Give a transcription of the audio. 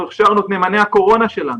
אנחנו הכשרנו את נאמני הקורונה שלנו.